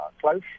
close